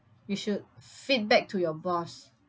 you should feedback to your boss